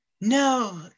No